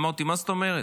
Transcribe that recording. אמרתי: מה זאת אומרת?